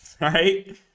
right